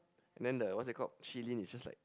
and then the what's that called Shilin is just like